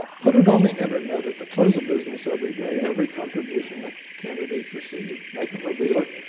put it on the internet at the close of business every day, every contribution a candidate's received. make them reveal it.